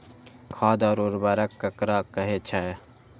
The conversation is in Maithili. खाद और उर्वरक ककरा कहे छः?